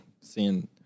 seeing